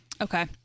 Okay